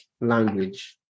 language